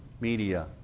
media